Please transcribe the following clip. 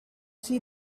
see